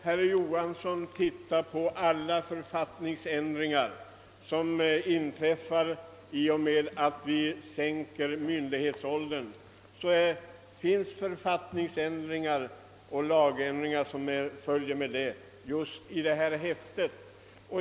Herr Johansson bör undersöka alla de författningsändringar som blir aktuella i och med att vi sänker myndighetsåldern — exempel på det finns i det häfte jag har här.